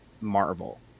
Marvel